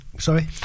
Sorry